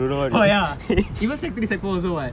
oh ya even secondary three secondary four also [what]